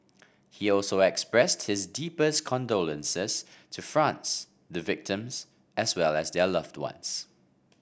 he also expressed his deepest condolences to France the victims as well as their loved ones